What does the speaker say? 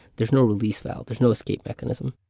there's no release valve. there's no escape mechanism.